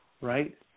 right